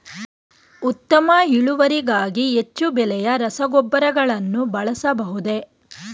ಉತ್ತಮ ಇಳುವರಿಗಾಗಿ ಹೆಚ್ಚು ಬೆಲೆಯ ರಸಗೊಬ್ಬರಗಳನ್ನು ಬಳಸಬಹುದೇ?